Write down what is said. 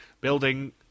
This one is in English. building